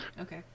Okay